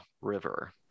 River